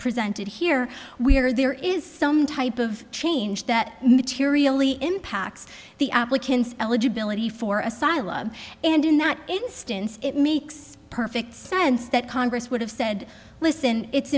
presented here we are there is some type of change that materially impacts the applicant's eligibility for asylum and in that instance it makes perfect sense that congress would have said listen it's